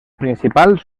principals